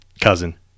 Cousin